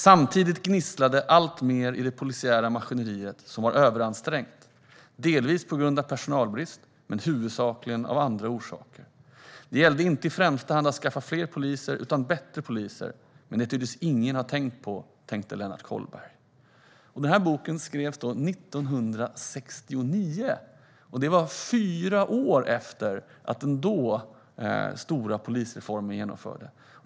"Samtidigt gnisslade det allt mer i det polisiära maskineriet som var överansträngt, delvis på grund av personalbrist, men huvudsakligen av andra orsaker. Det gällde inte i främsta hand att skaffa fler poliser utan bättre poliser, men det tycktes ingen ha tänkt på. Tänkte Lennart Kollberg." Den här boken skrevs 1969, fyra år efter att den stora polisreformen genomfördes.